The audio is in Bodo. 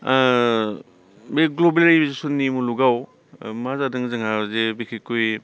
बे ग्ल'बेलाइजेसननि मुलुगाव मा जादों जोंहा जे बिसेसकय